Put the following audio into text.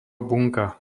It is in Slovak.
bunka